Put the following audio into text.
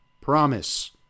promise